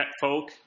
Folk